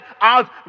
out